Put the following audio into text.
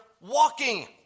walking